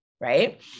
right